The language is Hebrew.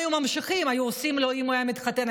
נמשכים והוא היה מתחתן,